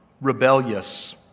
rebellious